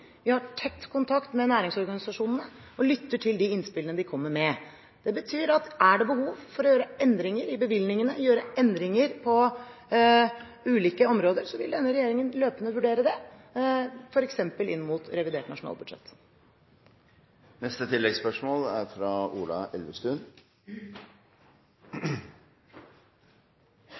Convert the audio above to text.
Vi har tett kontakt med næringsorganisasjonene og lytter til de innspillene de kommer med. Det betyr at er det behov for å gjøre endringer i bevilgningene, gjøre endringer på ulike områder, vil denne regjeringen løpende vurdere det, f.eks. inn mot revidert nasjonalbudsjett. Ola Elvestuen – til oppfølgingsspørsmål. Jeg skal være kort. Ganske enkelt: Er